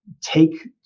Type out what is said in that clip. take